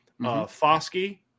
Foskey